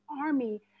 army